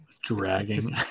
Dragging